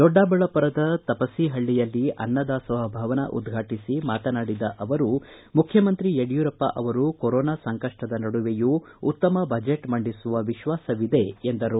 ದೊಡ್ಡಬಳ್ಳಾಪುರದ ತಪಸೀಹಳ್ಳಯಲ್ಲಿ ಅನ್ನ ದಾಸೋಹ ಭವನ ಉದ್ಘಾಟಿಸಿ ಮಾತನಾಡಿದ ಅವರು ಮುಖ್ಯಮಂತ್ರಿ ಯಡಿಯೂರಪ್ಪ ಅವರು ಕೊರೋನಾ ಸಂಕಷ್ಟದ ನಡುವೆಯೂ ಉತ್ತಮ ಬಜೆಟ್ ಮಂಡಿಸುವ ವಿಶ್ವಾಸವಿದೆ ಎಂದರು